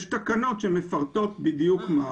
יש תקנות המפרטות בדיוק.